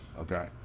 okay